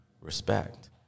respect